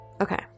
Okay